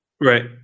Right